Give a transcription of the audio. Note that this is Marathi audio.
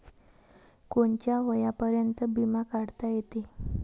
कोनच्या वयापर्यंत बिमा काढता येते?